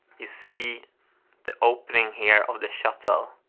you see the opening here of the shuttle,